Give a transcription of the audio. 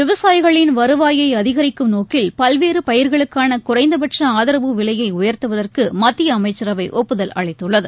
விவசாயிகளின் வருவாயைஅதிகரிக்கும் நோக்கில் பல்வேறுபயிர்களுக்கானகுறைந்தபட்சஆதரவு விலையைஉயர்த்துவதற்குமத்தியஅமைச்சரவைஒப்புதல் அளித்துள்ளது